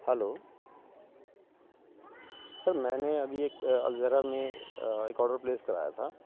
hello sir میں نے ابھی ایک الزہرا میں ایک آڈر پلیس کرایا تھا